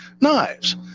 Knives